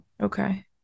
Okay